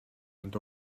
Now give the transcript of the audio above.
had